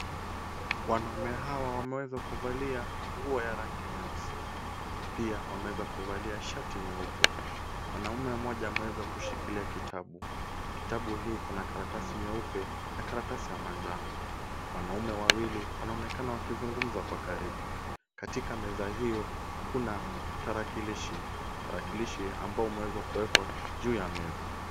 Wanaume hawa wameweza kuvalia nguo ya rangi nyeusi, pia wameweza kuvalia shati nyeupe. Mwanamme mmoja amewezakushikilia kitabu. Kitabu hii iko na karatasi nyeupe na lkaratasi ya manjano. Wanaume wawili wanaonekana wakizungumza kwa karibu. Katika meza hiyo, kuna tarakilishi. Tarakilishi ambayo umeweza kuwekwa juu ya meza.